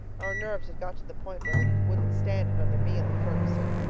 our nerves had got to the point where they wouldn't stand another meal in fergussen.